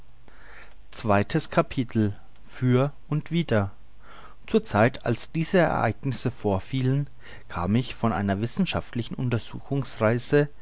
zweites capitel für und wider zur zeit als diese ereignisse vorfielen kam ich von einer wissenschaftlichen